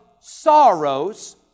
sorrows